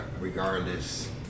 regardless